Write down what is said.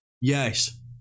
yes